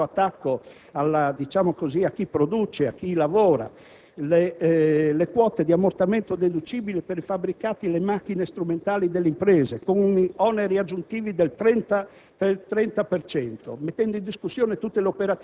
vengono modificate, per citare altri attacchi a chi produce e a chi lavora, le quote di ammortamento deducibili per fabbricati e macchine strumentali dell'impresa, con oneri aggiuntivi del 30